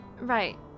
Right